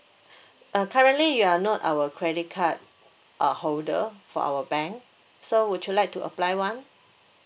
uh currently you are not our credit card uh holder for our bank so would you like to apply one